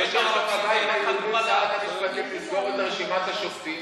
הבית היהודי ושרת המשפטים לסגור את רשימת השופטים?